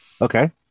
okay